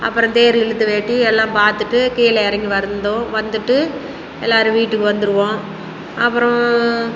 அப்புறம் தேர் இழுத்தவேட்டி எல்லாம் பார்த்துட்டு கீழே இறங்கி வந்தோம் வந்துவிட்டு எல்லாரும் வீட்டுக்கு வந்துருவோம் அப்புறம்